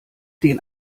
den